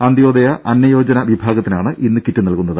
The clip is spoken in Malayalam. അന്ത്യോദയ അന്നയോജന വിഭാഗത്തിനാണ് ഇന്ന് കിറ്റ് നൽകുന്നത്